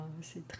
C'est